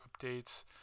updates